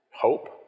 hope